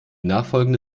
nachfolgende